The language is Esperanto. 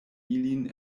ilin